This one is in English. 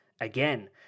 again